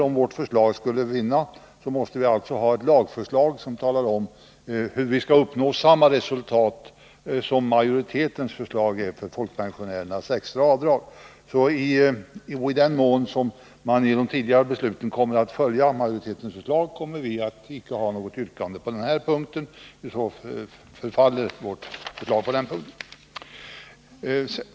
Om vårt förslag skulle vinna måste vi alltså ha ett lagförslag som talar om hur vi skall uppnå samma resultat som majoritetens förslag innebär för folkpensionärernas extra avdrag. I den mån man kommer att följa majoritetens förslag kommer vi icke att ha något yrkande på denna punkt, och då faller vårt förslag.